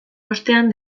ostean